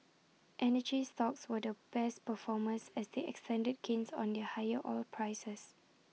energy stocks were the best performers as they extended gains on their higher oil prices